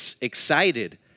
excited